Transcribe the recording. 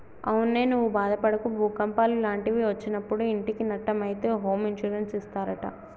అవునే నువ్వు బాదపడకు భూకంపాలు లాంటివి ఒచ్చినప్పుడు ఇంటికి నట్టం అయితే హోమ్ ఇన్సూరెన్స్ ఇస్తారట